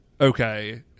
Okay